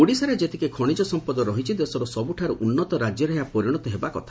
ଓଡ଼ିଶାରେ ଯେତିକି ଖଶିଜ ସମ୍ମଦ ରହିଛି ଦେଶର ସବ୍ରଠାର୍ ଉନୂତ ରାଜ୍ୟରେ ଏହା ପରିଶତ ହେବା କଥା